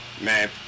Man